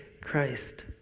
christ